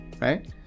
right